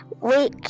week